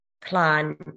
plan